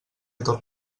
tot